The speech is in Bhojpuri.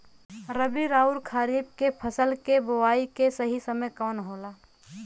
रबी अउर खरीफ के फसल के बोआई के सही समय कवन होला?